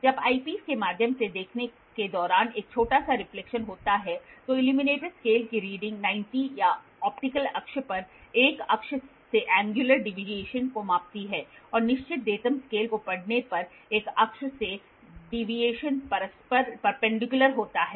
जब ऐपिस के माध्यम से देखने के दौरान एक छोटा सा रिफ्लेक्शन होता है तो इल्यूमिनेटेड स्केल की रीडिंग 90 या ऑप्टिकल अक्ष पर 1 अक्ष से एंगयुलर डीवीएशन को मापती है और निश्चित डेटम स्केल को पढ़ने पर एक अक्ष से डीवीएशन परस्पर परपेंडिकयुलर होता है